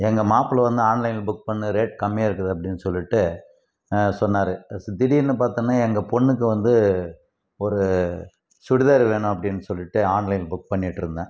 எங்கள் மாப்ளை வந்து ஆன்லைனில் புக் பண்ணு ரேட்டு கம்மியாக இருக்குது அப்படினு சொல்லிட்டு சொன்னார் திடீர்னு பார்த்தோம்னா எங்கள் பெண்ணுக்கு வந்து ஒரு சுடிதார் வேணும் அப்படினு சொல்லிவிட்டு ஆன்லைனில் புக் பண்ணிகிட்ருந்தேன்